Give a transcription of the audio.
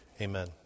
Amen